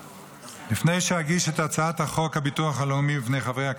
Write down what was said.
לפני שאגיש את הצעת חוק הביטוח הלאומי בפני חברי הכנסת,